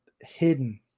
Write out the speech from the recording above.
hidden